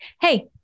Hey